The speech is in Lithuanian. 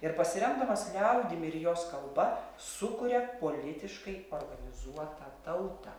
ir pasiremdamas liaudimi ir jos kalba sukuria politiškai organizuotą tautą